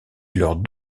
leurs